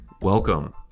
Welcome